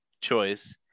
choice